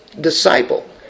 disciple